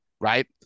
Right